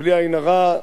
שבלי עין הרע,